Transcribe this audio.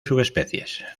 subespecies